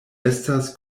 estas